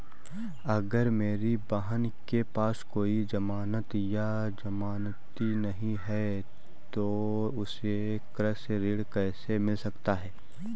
अगर मेरी बहन के पास कोई जमानत या जमानती नहीं है तो उसे कृषि ऋण कैसे मिल सकता है?